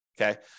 Okay